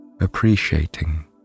appreciating